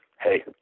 Hey